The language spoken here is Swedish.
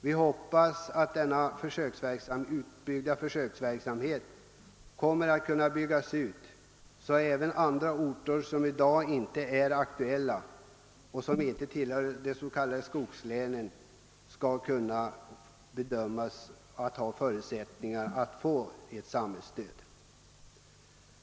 Vi hoppas att försöksverksamheten kommer att byggas ut så att även andra orter, som i dag inte är aktuella och som inte ligger i skogslänen, kan få lokaliseringsstöd.